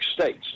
states